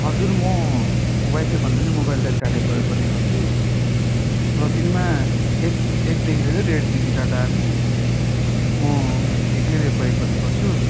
हजुर म वाइफाई भन्दा पनि मोबाइल डाटा प्रयोग गर्ने गर्छु र दिनमा एक एकदेखि लिएर डेढ जिबी डाटा हामी म एक्लैले प्रयोग गर्ने गर्छु